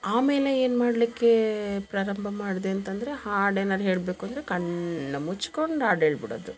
ಆಮೇಲೆ ಏನ್ಮಾಡಲಿಕ್ಕೆ ಪ್ರಾರಂಭ ಮಾಡ್ದೆ ಅಂತಂದರೆ ಹಾಡೇನಾರ ಹೇಳ್ಬೇಕು ಅಂದರೆ ಕಣ್ಣು ಮುಚ್ಕೊಂಡು ಹಾಡೇಳ್ಬಿಡೋದು